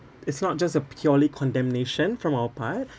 it's not just a purely condemnation from our part